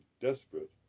desperate